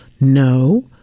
No